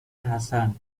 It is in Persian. حسن